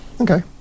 Okay